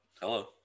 hello